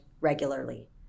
regularly